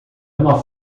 uma